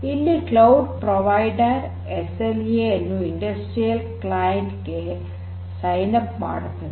ಇಲ್ಲಿ cloud provider SLA ಅನ್ನು industrial client ಗೆ ಸೈನ್ಅಪ್ ಮಾಡುತ್ತದೆ